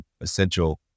essential